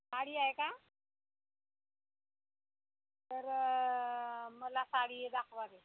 साडी आहे का तर मला साडी दाखवा ते